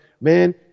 man